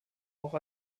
auch